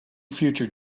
future